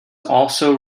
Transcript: also